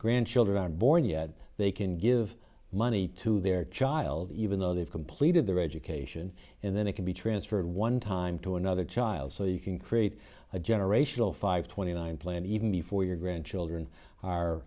grandchildren aren't born yet they can give money to their child even though they've completed their education and then it can be transferred one time to another child so you can create a generational five twenty nine plan even before your grandchildren are